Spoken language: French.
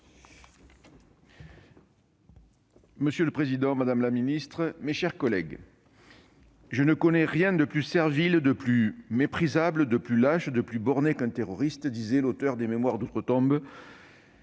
Monsieur le président, madame la ministre, mes chers collègues, « je ne connais rien de plus servile, de plus méprisable, de plus lâche, de plus borné qu'un terroriste » disait l'auteur des, notre célèbre